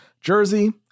jersey